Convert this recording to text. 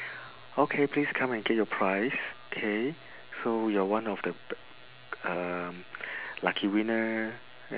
okay please come and get your prize okay so you are one of the um lucky winner